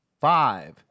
five